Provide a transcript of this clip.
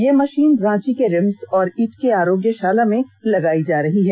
यह मशीन रांची के रिम्स और इटकी आरोग्यशाला में लगाई जा रही है